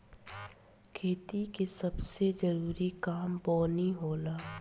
खेती के सबसे जरूरी काम बोअनी होला